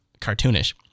cartoonish